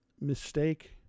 mistake